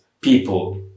people